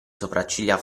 sopracciglia